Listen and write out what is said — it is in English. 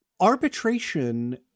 arbitration